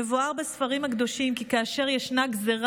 מבואר בספרים הקדושים כי כאשר ישנה גזרה